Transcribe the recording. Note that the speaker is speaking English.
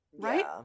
Right